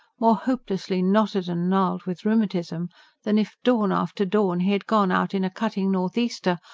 more hopelessly knotted and gnarled with rheumatism than if, dawn after dawn, he had gone out in a cutting north-easter,